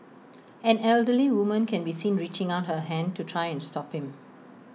an elderly woman can be seen reaching out her hand to try and stop him